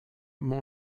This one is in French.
mon